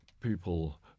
people